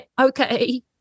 okay